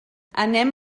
anem